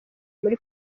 muri